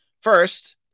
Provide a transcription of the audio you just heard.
First